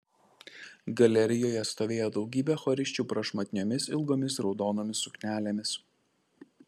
galerijoje stovėjo daugybė chorisčių prašmatniomis ilgomis raudonomis suknelėmis